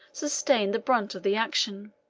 sustained the brunt of the action.